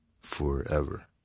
forever